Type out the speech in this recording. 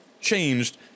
changed